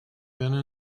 been